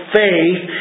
faith